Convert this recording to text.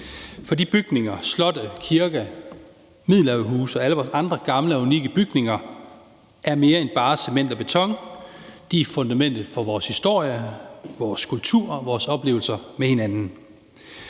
for de bygninger, slotte, kirker, middelalderhuse og alle vores andre gamle og unikke bygninger er mere end bare cement og beton, de er fundamentet for vores historie, vores kultur og vores oplevelser med hinanden.